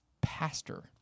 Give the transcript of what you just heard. pastor